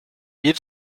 bir